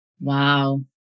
Wow